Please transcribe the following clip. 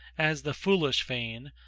as the foolish feign,